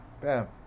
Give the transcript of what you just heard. Bam